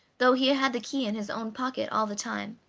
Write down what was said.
though he had the key in his own pocket all the time.